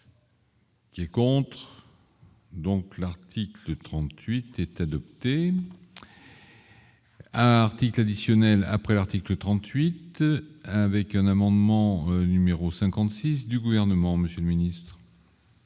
38. Contre donc l'article 38 est adopté. Article additionnel après l'article 38 avec un amendement numéro 56 du gouvernement Monsieur le Ministre.